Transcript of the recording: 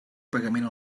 pagament